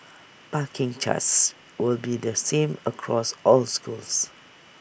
parking charges will be the same across all schools